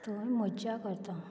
थंय मज्जा करता